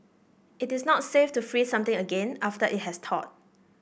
it is not safe to freeze something again after it has thawed